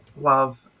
love